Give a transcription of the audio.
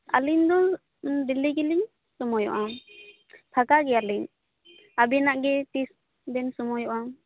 ᱟᱞᱤᱧ ᱫᱚ ᱰᱮᱞᱤ ᱜᱤᱞᱤᱧ ᱥᱚᱢᱚᱭᱚᱜᱼᱟ ᱯᱷᱟᱠᱟ ᱜᱮᱭᱟᱞᱤᱧ ᱟᱵᱤᱱᱟᱜ ᱜᱮ ᱛᱤᱥ ᱵᱤᱱ ᱥᱚᱢᱚᱭᱚᱜ ᱼᱟ